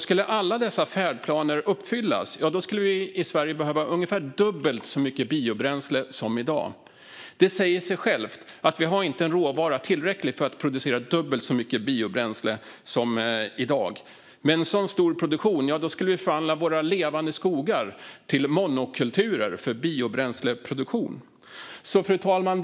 Skulle alla dessa färdplaner uppfyllas skulle vi i Sverige behöva ungefär dubbelt så mycket biobränsle som i dag. Det säger sig självt att vi inte har tillräckligt med råvara för att producera dubbelt så mycket biobränsle som i dag. Med en så stor produktion skulle vi förvandla våra levande skogar till monokulturer för biobränsleproduktion. Fru talman!